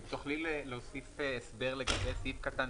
אם תוכלי להוסיף הסדר לגבי סעיף קטן